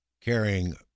carrying